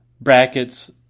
Brackets